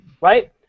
Right